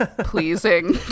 pleasing